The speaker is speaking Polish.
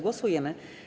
Głosujemy.